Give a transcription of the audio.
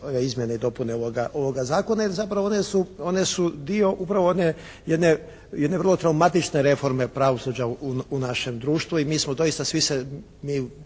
izmjene i dopune ovoga Zakona jer zapravo one su dio upravo one jedne vrlo traumatične reforme pravosuđa u našem društvu. I mi smo doista, svi se